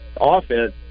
offense